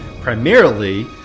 primarily